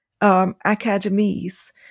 academies